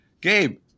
Gabe